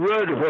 Red